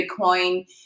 bitcoin